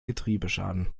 getriebeschaden